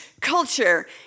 culture